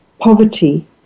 poverty